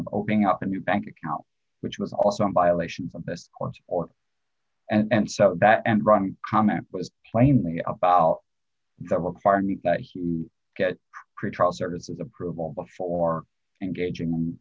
of opening up a new bank account which was also in violation of this course or and so that and ron comment was plainly about the requirement that he get pretrial services approval before engaging